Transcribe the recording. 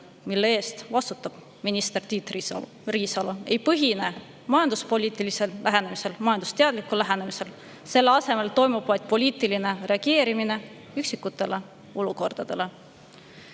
mille eest vastutab minister Tiit Riisalo, ei põhine majanduspoliitilisel lähenemisel ega majandusteaduslikul lähenemisel, selle asemel toimub vaid poliitiline reageerimine üksikutele olukordadele. Ministri